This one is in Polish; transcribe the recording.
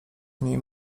mniej